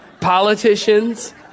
politicians